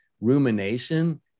rumination